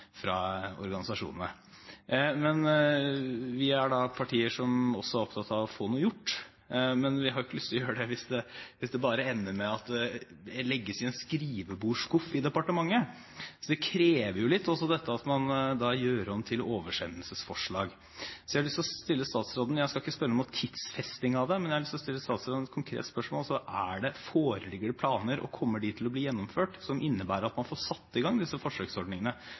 fra organisasjonene om å innføre begrensede forsøksordninger som et steg mot en utvidelse, altså et ansvarlig forslag fra organisasjonene. Vi er imidlertid partier som er opptatt av å få noe gjort, men vi har ikke lyst til å gjøre det hvis det bare ender med at det legges i en skrivebordsskuff i departementet. Så det krever jo litt, også dette å gjøre om til oversendelsesforslag. Jeg skal ikke spørre om noen tidfesting av det, men jeg har lyst til å stille statsråden et konkret spørsmål: Foreligger det planer, og kommer de til å bli gjennomført, som innebærer at man får satt i gang disse forsøksordningene,